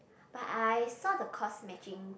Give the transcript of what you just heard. but I saw the cost matching